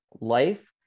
life